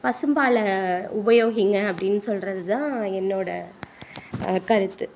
பசும் பாலை உபயோகிங்க அப்படின்னு சொல்கிறது தான் என்னோடய கருத்து